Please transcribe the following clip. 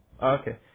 Okay